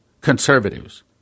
conservatives